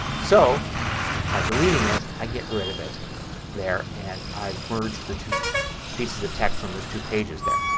so by deleting it i get rid of it there and i've merged the two pieces of text on those two pages there.